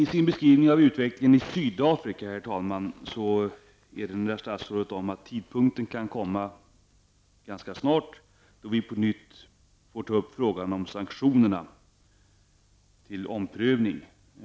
I sin beskrivning av utvecklingen i Sydafrika erinrar statsrådet om att tidpunkten då vi på nytt får ta upp frågan om sanktionerna till omprövning kan komma ganska snart.